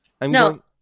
No